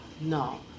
no